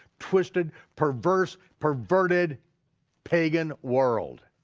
twisted, perverse, perverted pagan world.